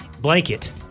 blanket